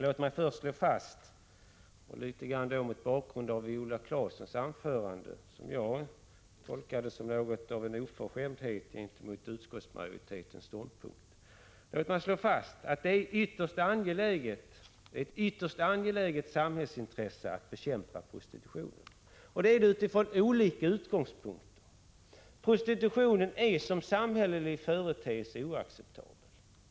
Låt mig först slå fast — och då mot bakgrund av Viola Claessons anförande, som jag tolkade som något av en oförskämdhet gentemot utskottsmajoritetens ståndpunkt — att det är ett ytterst angeläget samhällsintresse att bekämpa prostitutionen. Det är det utifrån olika utgångspunkter. Prostitutionen är som samhällelig företeelse oacceptabel.